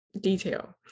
detail